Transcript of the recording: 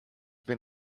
been